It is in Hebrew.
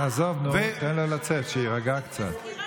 תעזוב, נו, תן לו לצאת, שיירגע קצת.